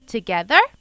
Together